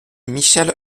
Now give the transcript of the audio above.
michèle